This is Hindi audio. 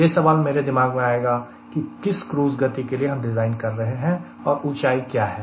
यह सवाल मेरे दिमाग में आएगा कि किस क्रूज गति के लिए हम डिज़ाइन कर रहे हैं और ऊंचाई क्या है